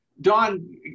Don